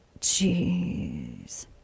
Jeez